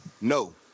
no